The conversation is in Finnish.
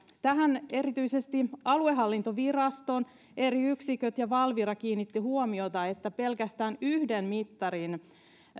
tähän erityisesti aluehallintoviraston eri yksiköt ja valvira kiinnittivät huomiota että pelkästään yhden mittarin